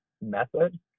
method